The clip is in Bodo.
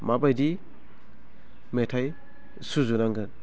माबायदि मेथाइ सुजुनांगोन